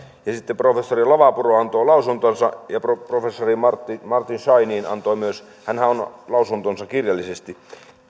ja sitten professori lavapuro antoi lausuntonsa ja professori martin martin scheinin antoi myös lausuntonsa kirjallisesti